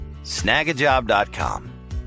snagajob.com